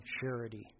charity